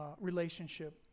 relationship